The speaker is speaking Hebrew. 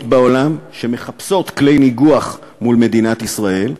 בעולם שמחפשות כלי ניגוח מול מדינת ישראל,